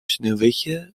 sneeuwwitje